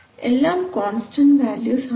എല്ലാം constant values ആണ്